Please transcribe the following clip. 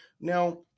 Now